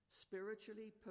spiritually